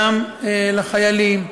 גם לחיילים,